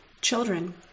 children